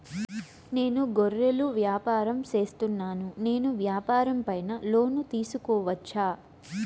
నేను గొర్రెలు వ్యాపారం సేస్తున్నాను, నేను వ్యాపారం పైన లోను తీసుకోవచ్చా?